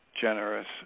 generous